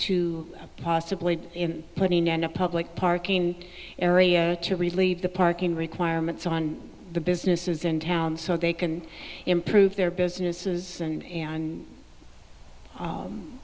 to possibly putting in a public parking area to relieve the parking requirements on the businesses in town so they can improve their businesses and